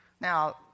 Now